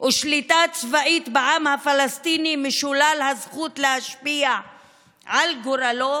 ושליטה צבאית בעם הפלסטיני משולל הזכות להשפיע על גורלו